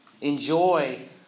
Enjoy